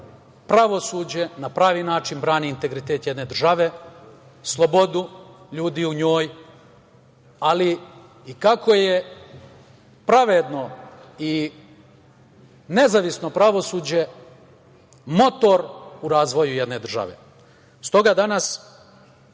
pravosuđe na pravi način brani integritet jedne države, slobodu ljudi u njoj, ali i kako je pravedno i nezavisno pravosuđe motor u razvoju jedne države. Stoga, danas